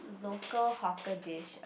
local hawker dish ah